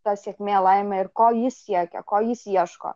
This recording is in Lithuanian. ta sėkmė laimė ir ko jis siekia ko jis ieško